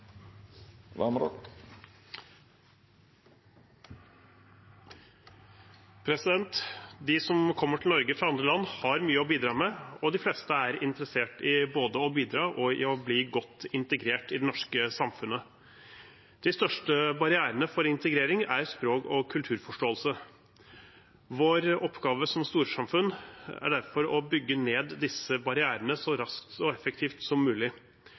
omkring dei strukturelle barrierane som dette utgjer, slik at me kan bidra til at færre opplever denne typen barrierar. Replikkordskiftet er avslutta. De som kommer til Norge fra andre land, har mye å bidra med, og de fleste er interessert i både å bidra og å bli godt integrert i det norske samfunnet. De største barrierene for integrering er språk og kulturforståelse. Vår oppgave som storsamfunn er derfor å